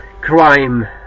crime